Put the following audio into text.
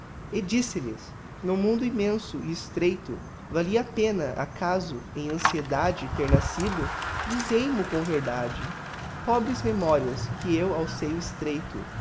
e disse-lhes no mundo immenso e estreito valia a pena acaso em anciedade ter nascido dizei mo com verdade pobres memorias que eu ao seio estreito